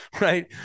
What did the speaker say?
right